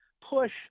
push